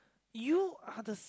you are the